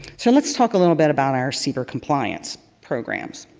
so let's talk a little bit about our cber compliance programs.